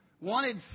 wanted